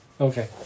Okay